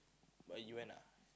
but you went ah